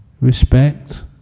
respect